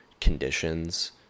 conditions